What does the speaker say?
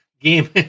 game